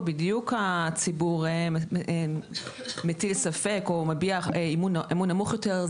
בדיוק הציבור מטיל ספק או מביע אמון נמוך יותר,